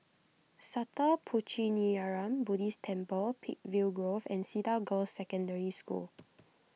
Sattha Puchaniyaram Buddhist Temple Peakville Grove and Cedar Girls' Secondary School